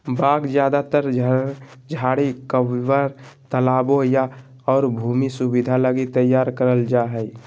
बाग ज्यादातर झरन, झाड़ी, फव्वार, तालाबो या और भी सुविधा लगी तैयार करल जा हइ